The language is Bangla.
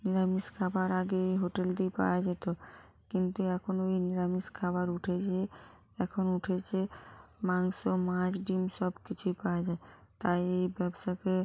নিরামিষ খাবার আগে এই হোটেল দিয়ে পাওয়া যেত কিন্তু এখন ওই নিরামিষ খাবার উঠে যেয়ে এখন উঠেছে মাংস মাছ ডিম সব কিছুই পাওয়া যায় তাই এই ব্যবসাকে